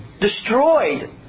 destroyed